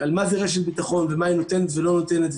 על מה זה רשת ביטחון ומה היא נותנת ולא נותנת,